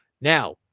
Now